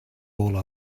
all